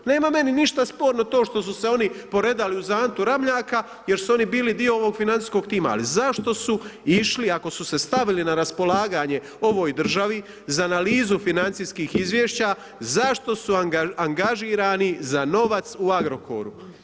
Nema meni ništa sporno to što su se oni poredali uz Antu Ramljaka jer su oni bili dio ovog financijskog tima, ali zašto su išli, ako su se stavili na raspolaganje ovoj državi za analizu financijskih izvješća, zašto su angažirani za novac u Agrokoru?